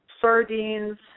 sardines